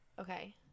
Okay